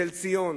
תל-ציון